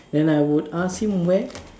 then I would ask him where